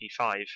P5